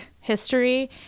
history